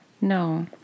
no